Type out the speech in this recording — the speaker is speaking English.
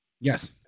Yes